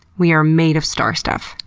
we are made of starstuff.